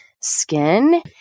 skin